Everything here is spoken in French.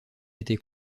été